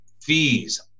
fees